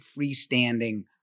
freestanding